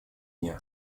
дня